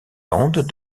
landes